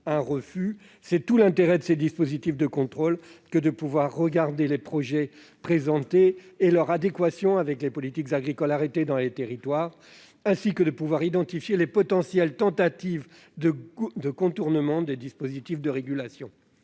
un refus. Tout l'intérêt de ces dispositifs de contrôle est là : permettre d'examiner les projets présentés et leur adéquation avec les politiques agricoles arrêtées dans les territoires afin d'identifier de potentielles tentatives de contournement des systèmes de régulation.